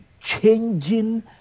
changing